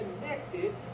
connected